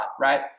right